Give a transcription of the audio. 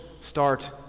start